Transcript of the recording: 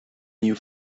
new